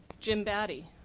jim batty.